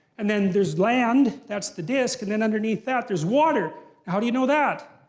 and then there's land, that's the disc. and then underneath that there's water. how do you know that?